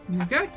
okay